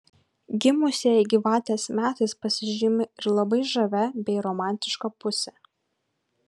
gimusieji gyvatės metais pasižymi ir labai žavia bei romantiška puse